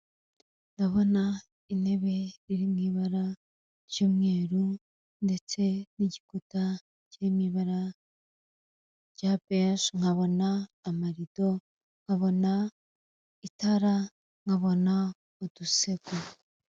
Ndabona intebe iri mu ibara ry'umweru ndetse n'igikuta kiri mu ibara rya beje, nkabona amarido, nkabona itara, nkabona udusego.